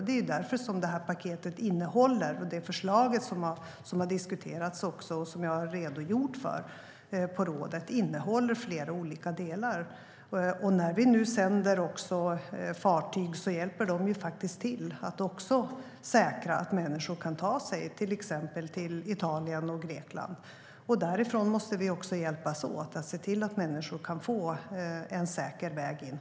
Det är därför som förslaget som har diskuterats i rådet och som jag har redogjort för innehåller flera olika delar. De fartyg vi sänder i väg hjälper också till att säkra att människor kan ta sig till exempelvis Italien och Grekland. Därifrån måste vi hjälpas åt att se till att människor kan få en säker väg in.